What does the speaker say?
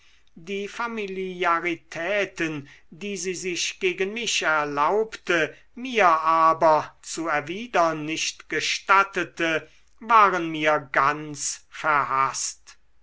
die familiaritäten die sie sich gegen mich erlaubte mir aber zu erwidern nicht gestattete waren mir ganz verhaßt